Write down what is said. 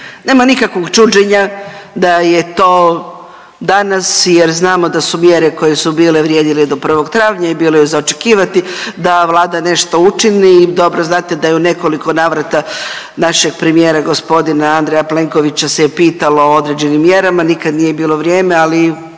Nema nikakvog čuđenja da je to danas jer znamo da su mjere koje su bile vrijedile do 1. travnja i bilo je za očekivati da ova Vlada nešto učini i dobro znate da je u nekoliko navrata našeg premijera gospodina Andreja Plenkovića se je pitalo o određenim mjerama, nikad nije bilo vrijeme ali